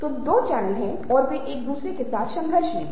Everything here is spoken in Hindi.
तो दो चैनल हैं और वे एक दूसरे के साथ संघर्ष में हैं